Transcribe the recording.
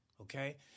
okay